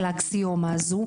על האקסיומה הזו,